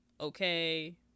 okay